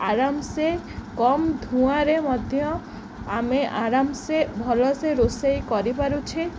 ଆରାମସେ କମ୍ ଧୂଆଁରେ ମଧ୍ୟ ଆମେ ଆରାମସେ ଭଲସେ ରୋଷେଇ କରିପାରୁଛେ